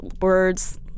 words